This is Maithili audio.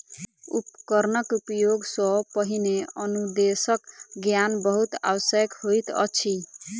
उपकरणक उपयोग सॅ पहिने अनुदेशक ज्ञान बहुत आवश्यक होइत अछि